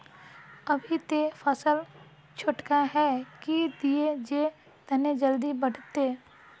अभी ते फसल छोटका है की दिये जे तने जल्दी बढ़ते?